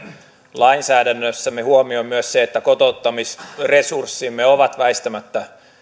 lainsäädännössämme huomioon myös se että kotouttamisresurssimme ovat väistämättä